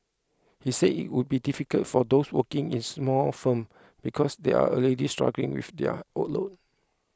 he said it would be difficult for those working in small firm because they are already struggling with their workload